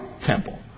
temple